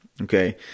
Okay